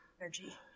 energy